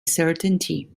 certainty